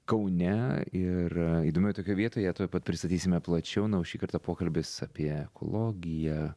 kaune ir įdomioj tokioj vietoj ją tuoj pat pristatysime plačiau na o šį kartą pokalbis apie ekologiją